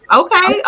okay